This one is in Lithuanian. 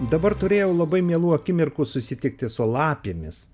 dabar turėjau labai mielų akimirkų susitikti su lapėmis